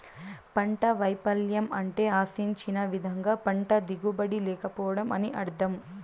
పంట వైపల్యం అంటే ఆశించిన విధంగా పంట దిగుబడి లేకపోవడం అని అర్థం